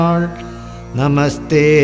namaste